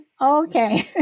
okay